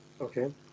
Okay